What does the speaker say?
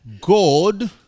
God